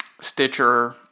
Stitcher